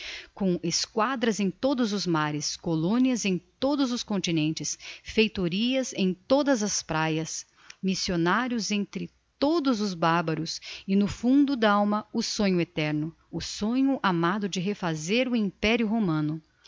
com esquadras em todos os mares colonias em todos os continentes feitorias em todas as praias missionarios entre todos os barbaros e no fundo d'alma o sonho eterno o sonho amado de refazer o imperio romano